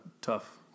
tough